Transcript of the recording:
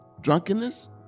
drunkenness